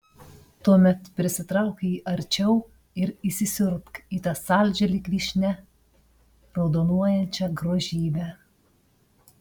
tuomet prisitrauk jį arčiau ir įsisiurbk į tą saldžią lyg vyšnia raudonuojančią grožybę